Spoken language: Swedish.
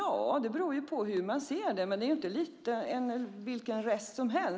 Det beror ju på hur man ser det, men det är inte vilken rest som helst.